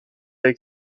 avec